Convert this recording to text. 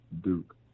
Duke